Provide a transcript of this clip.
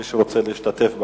מי שרוצה להשתתף בהצבעה,